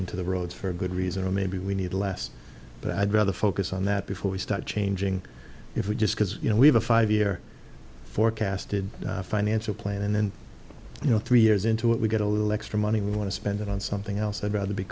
into the roads for good reason or maybe we need less but i'd rather focus on that before we start changing if we just because you know we have a five year forecasted financial plan and then you know three years into it we get a little extra money we want to spend it on something else i'd rather be